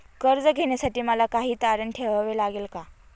कर्ज घेण्यासाठी मला काही तारण ठेवावे लागेल का?